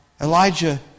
Elijah